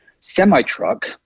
semi-truck